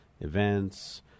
events